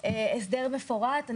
הסדר מפורט.